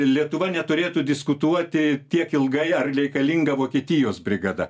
lietuva neturėtų diskutuoti tiek ilgai ar reikalinga vokietijos brigada